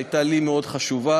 שהייתה לי מאוד חשובה.